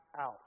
out